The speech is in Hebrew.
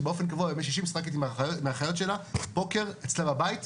שבאופן קבוע בימי שישי משחקת עם האחיות שלה פוקר אצלה בבית,